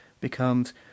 becomes